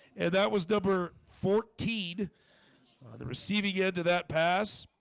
that was number fourteen the receiving end to that pass